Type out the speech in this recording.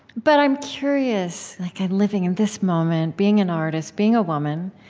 but i'm curious like ah living in this moment, being an artist, being a woman,